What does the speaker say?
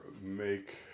make